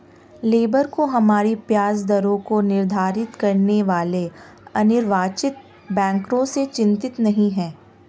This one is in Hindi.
लेबर को हमारी ब्याज दरों को निर्धारित करने वाले अनिर्वाचित बैंकरों से चिंतित नहीं है